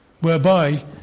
whereby